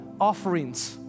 offerings